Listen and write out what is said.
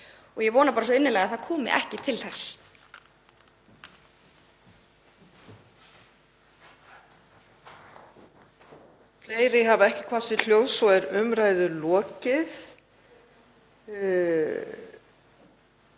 Ég vona svo innilega að það komi ekki til þess.